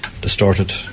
distorted